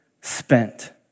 spent